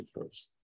first